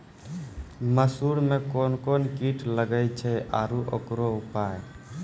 मसूर मे कोन कोन कीट लागेय छैय आरु उकरो उपाय?